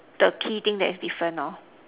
the key thing that is different lor